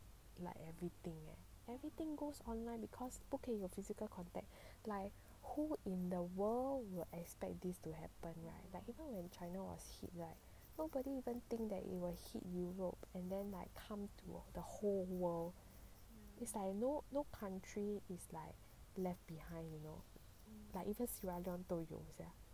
like everything everything goes online because 不可以有 physical contact like who in the world will expect this to happen like even when china was hit right nobody even think that it will hit europe and then like come to the whole world it's like you know no country is like left behind you know even 都有 sia